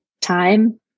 time